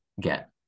get